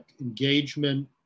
engagement